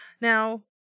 Now